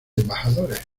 embajadores